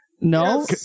No